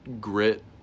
grit